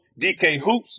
DKHOOPS